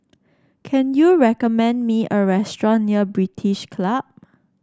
can you recommend me a restaurant near British Club